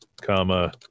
comma